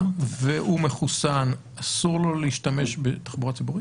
והוא מחוסן אסור לו להשתמש בתחבורה ציבורית?